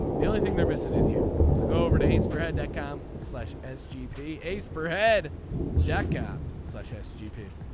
the only thing they're missing is you to go over to ace for head dot com slash as gp ace per head deck and such as.